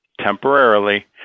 temporarily